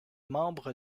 membre